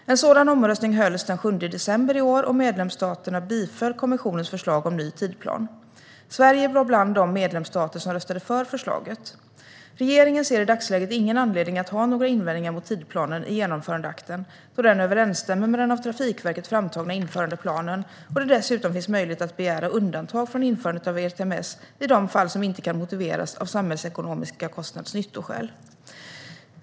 En sådan omröstning hölls den 7 december i år, och medlemsstaterna biföll kommissionens förslag om ny tidsplan. Sverige var bland de medlemsstater som röstade för förslaget. Regeringen ser i dagsläget ingen anledning att ha några invändningar mot tidsplanen i genomförandeakten då den överensstämmer med den av Trafikverket framtagna införandeplanen. Dessutom finns möjlighet att begära undantag från införandet av ERTMS i de fall som inte kan motiveras av samhällsekonomiska kostnads-nyttoskäl.